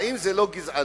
האם זאת לא גזענות?